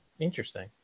Interesting